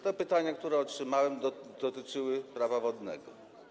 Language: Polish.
Te pytania, które otrzymałem, dotyczyły Prawa wodnego.